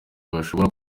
bashobora